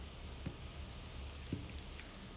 what do you think about the last part when he says that